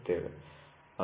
ಆದ್ದರಿಂದ ಅದು ನೇರ ಅಳತೆ ಗಿದೆ